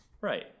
Right